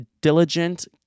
diligent